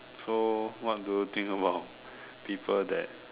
so what do you think about people that